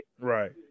right